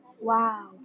Wow